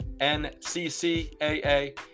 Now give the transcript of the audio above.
NCCAA